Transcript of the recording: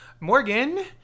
Morgan